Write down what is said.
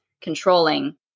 controlling